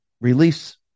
release